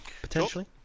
potentially